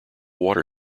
water